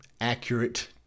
accurate